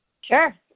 Sure